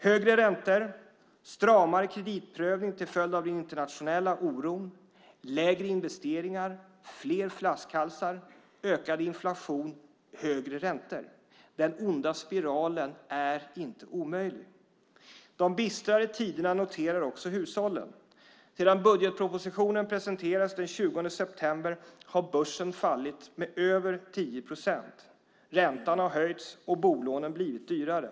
Högre räntor, stramare kreditprövning till följd av den internationella oron, lägre investeringar, fler flaskhalsar, ökad inflation och högre räntor - den onda spiralen är inte omöjlig. De bistrare tiderna noterar också hushållen. Sedan budgetpropositionen presenterades den 20 september har börsen fallit med över 10 procent. Räntan har höjts och bolånen har blivit dyrare.